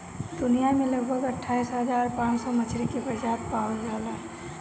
दुनिया में लगभग अट्ठाईस हज़ार पाँच सौ मछरी के प्रजाति पावल जाला